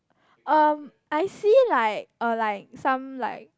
um I see like a like some like